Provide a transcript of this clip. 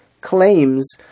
claims